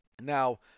Now